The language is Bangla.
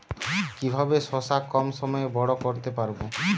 কিভাবে শশা কম সময়ে বড় করতে পারব?